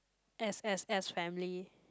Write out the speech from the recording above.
ex ex ex family